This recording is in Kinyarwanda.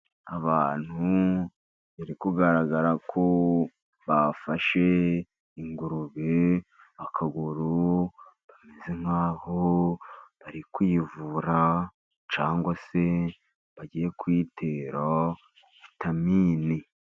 Abantu bari kugaragara ko bafashe, ingurube akaguru bameze nk' aho bari kuyivura cyangwa se bagiye kuyitera vitamini.